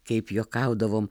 kaip juokaudavom